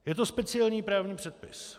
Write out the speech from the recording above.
Je to speciální právní předpis.